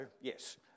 Yes